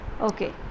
okay